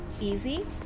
easy